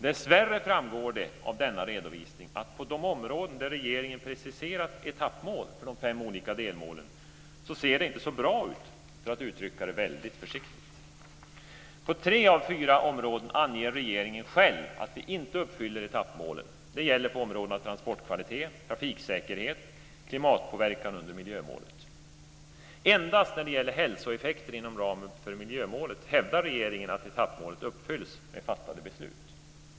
Dessvärre framgår det av denna redovisning att det på de områden där regeringen har preciserat etappmål för de fem olika delmålen inte ser så bra ut, för att uttrycka det väldigt försiktigt. På tre av fyra områden anger regeringen själv att vi inte uppfyller etappmålen. Det gäller områdena transportkvalitet, trafiksäkerhet och klimatpåverkan under miljömålet. Endast när det gäller hälsoeffekter inom ramen för miljömålet hävdar regeringen att etappmålet uppfylls med fattade beslut.